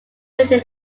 within